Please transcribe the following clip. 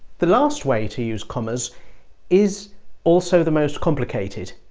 the last way to use commas is also the most complicated.